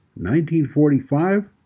1945